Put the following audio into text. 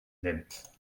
nymff